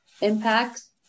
impacts